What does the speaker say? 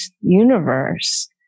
universe